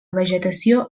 vegetació